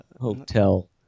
hotel